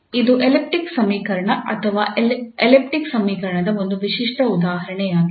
ಆದ್ದರಿಂದ ಇದು ಎಲಿಪ್ಟಿಕ್ ಸಮೀಕರಣ ಅಥವಾ ಎಲಿಪ್ಟಿಕ್ ಸಮೀಕರಣದ ಒಂದು ವಿಶಿಷ್ಟ ಉದಾಹರಣೆಯಾಗಿದೆ